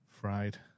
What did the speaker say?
fried